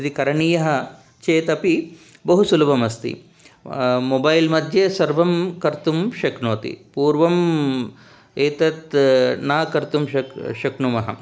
यदि करणीयः चेदपि बहु सुलभमस्ति मोबैल्मध्ये सर्वं कर्तुं शक्नोति पूर्वम् एतत् न कर्तुं शक् शक्नुमः